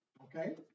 Okay